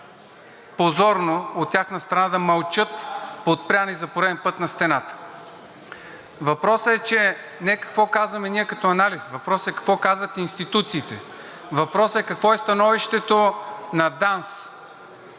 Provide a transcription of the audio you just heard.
позорно от тяхна страна да мълчат, подпрени за пореден път на стената. Въпросът е, че не какво казваме ние като анализ, въпросът е какво казват институциите. Въпросът е какво е становището на ДАНС.